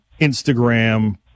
Instagram